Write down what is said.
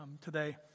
today